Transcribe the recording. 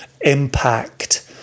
impact